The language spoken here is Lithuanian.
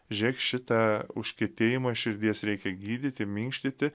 žiūrėk šitą užkietėjimą širdies reikia gydyti minkštyti